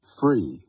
free